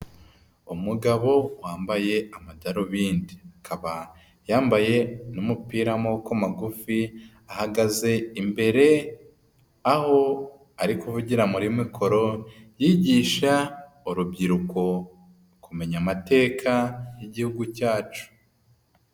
Umugabo wambaye amadarubindi, akaba yambaye n'umupira w'amaboko magufi, ahagaze imbere aho ari kuvugira muri mikoro yigisha urubyiruko kumenya amateka y'Igihugu cyacu.